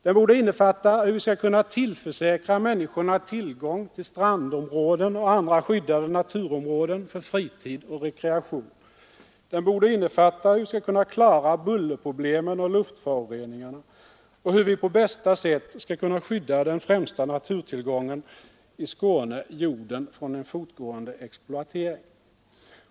Den borde innefatta hur vi skall tillförsäkra människorna tillgång till strandområden och andra skyddade naturområden för fritid och rekreation. Den borde innefatta hur vi skall klara bullerproblem och luftföroreningar och hur vi på bästa sätt skall skydda den främsta naturtillgången i Skåne, jorden, från en fortgående exploatering.